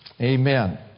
Amen